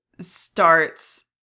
starts